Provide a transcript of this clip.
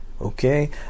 Okay